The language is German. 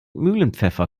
mühlenpfeffer